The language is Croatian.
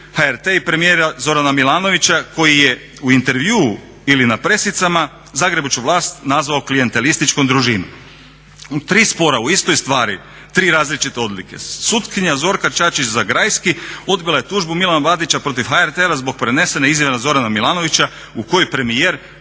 HRT i premijera Zorana Milanovića koji je u intervjuu ili na presicama zagrebačku vlast nazvao klijentelističkom družinom. U tri spora o istoj stvari tri različite odluke. Sutkinja Zorka Čačić Zagrajski odbila je tužbu Milana Bandića protiv HRT-a zbog prenesene izjave na Zorana Milanovića u kojoj premijer